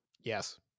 Yes